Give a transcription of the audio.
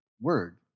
word